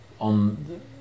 on